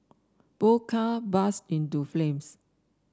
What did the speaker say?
both car burst into flames